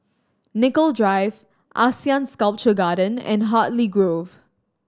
Nicoll Drive ASEAN Sculpture Garden and Hartley Grove